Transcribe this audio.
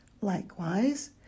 likewise